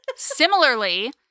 Similarly